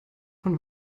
von